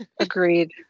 Agreed